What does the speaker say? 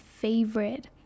favorite